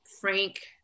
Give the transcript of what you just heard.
Frank